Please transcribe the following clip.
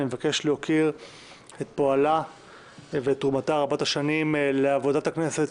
אני מבקש להוקיר את פועלה ואת תרומתה רבת השנים לעבודת הכנסת,